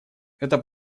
это